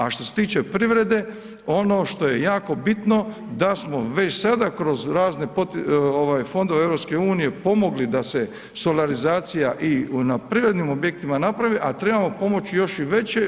A što se tiče privrede, ono što je jako bitno da smo već sada kroz razne fondove EU pomogli da se solarizacija i na privrednim objektima napravi, a trebamo pomoći još i veće.